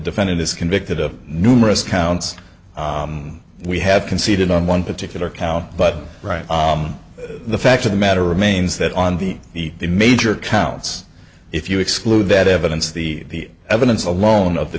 defendant is convicted of numerous counts we have conceded on one particular count but right the fact of the matter remains that on the major counts if you exclude that evidence the evidence alone of the